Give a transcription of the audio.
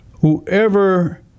whoever